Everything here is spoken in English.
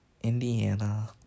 Indiana